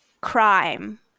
crime